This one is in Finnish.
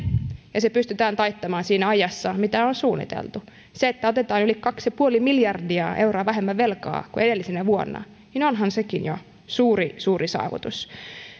ja se pystytään taittamaan siinä ajassa mitä on suunniteltu onhan sekin että otetaan yli kaksi pilkku viisi miljardia euroa vähemmän velkaa kuin edellisenä vuonna jo suuri suuri saavutus